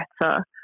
better